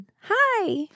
hi